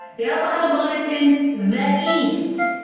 they also have a bonus in the east.